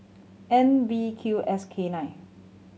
N V Q S K nine